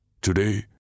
Today